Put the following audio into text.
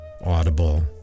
Audible